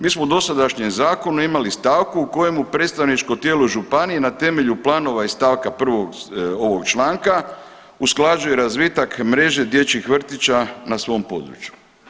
Mi smo u dosadašnjem zakonu imali stavku u kojemu predstavničko tijelo županije na temelju planova iz stavka 1. ovog članka usklađuje razvitak mreže dječjih vrtića na svom području.